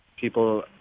people